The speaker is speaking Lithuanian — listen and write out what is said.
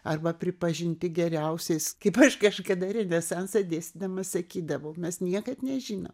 arba pripažinti geriausiais kaip aš kažkada renesansą dėstydama sakydavau mes niekad nežinom